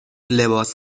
لباس